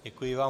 Děkuji vám.